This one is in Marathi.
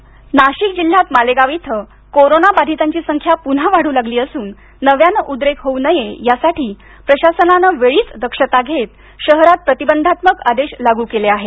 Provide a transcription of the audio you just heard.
मालेगाव नाशिक जिल्ह्यात मालेगाव इथे कोरोना बाधितांची संख्या पुन्हा वाढ़ लागली असून नव्यानं उद्रेक होऊ नये यासाठी प्रशासनानं वेळीच दक्षता घेत शहरात प्रतिबंधात्मक आदेश लागू केले आहेत